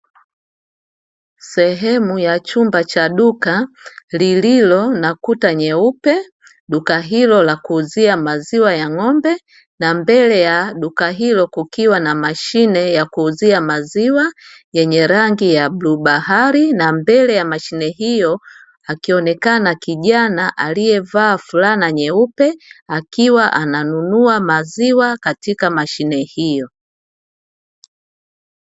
Sehemu ya chumba cha duka lililo na kuta nyeupe, duka hilo la kuuzia maziwa ya ng'ombe na mbele ya duka hilo kukiwa na mashine ya kuuzia maziwa, yenye rangi ya bluu bahari na mbele ya mashine hiyo, akionekana kijana aliyevaa fulana nyeupe akiwa ananunua maziwa katika mashine hiyo.